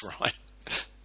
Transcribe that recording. right